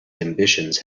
ambitions